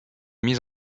mise